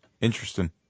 Interesting